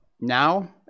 now